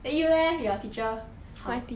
then you leh your teacher how